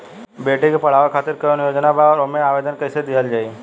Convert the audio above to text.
बेटी के पढ़ावें खातिर कौन योजना बा और ओ मे आवेदन कैसे दिहल जायी?